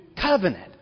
covenant